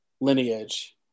lineage